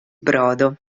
brodo